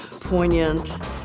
poignant